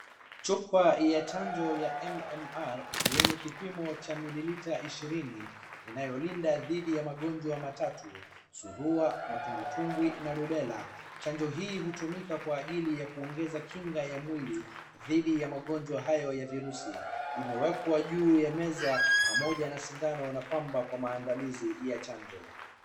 Chupa ya chanjo ya MMR yenye kipimo cha mililita ishirini inayolinda dhidi ya magonjwa matatu surua matumbwitumbwi na rubella. Chanjo hii hutumika kwa ajili ya kuongeza kinga ya mwili dhidi ya magonjwa hayo ya virusi imewekwa juu ya meza pamoja na sindano na pamba kwa maandalizi ya chanjo.